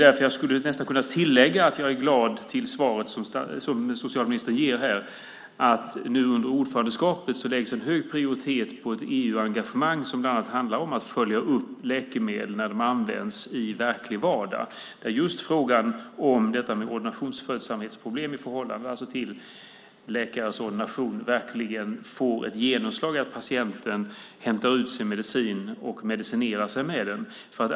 Därför skulle jag kunna tillägga att jag är glad för svaret som socialministern ger här om att det under ordförandeskapet kommer att läggas hög prioritet vid ett EU-engagemang som bland annat handlar om att följa upp läkemedel som används i verklig vardag och just frågan om detta med ordinationsföljsamhetsproblem i förhållande till läkares ordination verkligen får genomslag, om patienten hämtar ut sin medicin och medicinerar sig med den.